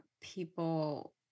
people